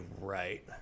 right